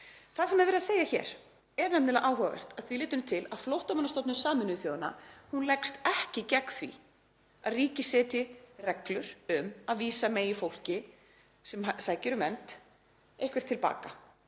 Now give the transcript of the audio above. Það sem er verið að segja hér er nefnilega áhugavert að því leytinu til að Flóttamannastofnun Sameinuðu þjóðanna leggst ekki gegn því að ríkið setji reglur um að vísa megi fólki sem sækir um vernd eitthvað til baka,